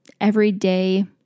everyday